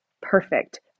perfect